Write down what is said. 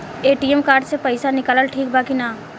ATM card से पईसा निकालल ठीक बा की ना?